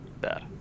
bad